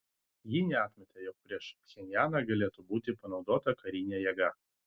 ji neatmetė jog prieš pchenjaną galėtų būti panaudota karinė jėga